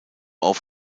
auf